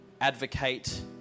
advocate